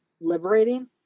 liberating